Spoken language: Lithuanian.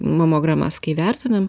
mamogramas kai vertinam